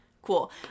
cool